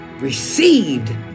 received